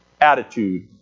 attitude